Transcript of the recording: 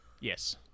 yes